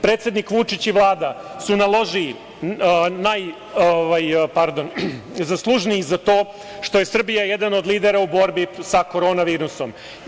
Predsednik Vučić i Vlada su najzaslužniji za to što je Srbija jedan od lidera u borbi sa korona virusom.